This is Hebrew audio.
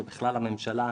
ובכלל הממשלה,